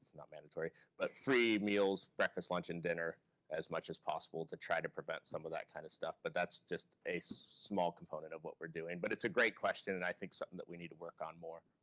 not mandatory, but free meals, breakfast, lunch, and dinner as much as possible to try to prevent some of that kind of stuff. but that's just a small component of what we're doing. but it's a great question and i think something that we need to work on more.